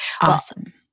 awesome